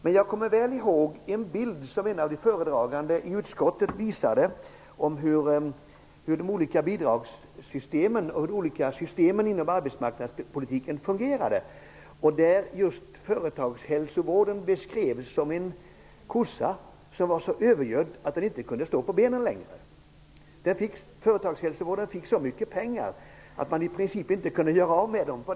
Men jag kommer väl ihåg en bild som en av föredragandena i utskottet visade om hur de olika bidragssystemen inom arbetsmarknadspolitiken fungerade. Där beskrevs företagshälsovården som en kossa som var så övergödd att den inte kunde stå på sina ben längre. Företagshälsovården fick så mycket pengar att det inte gick att göra av med dem.